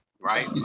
Right